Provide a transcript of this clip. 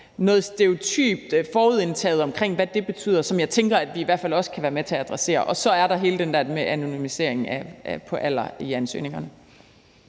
noget stereotypt og forudindtaget omkring, hvad det betyder, som jeg tænker at vi i hvert fald også kan være med til at adressere, og så er der også alt det der med anonymiseringen i forhold til alder i ansøgningerne.